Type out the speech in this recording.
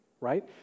right